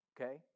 Okay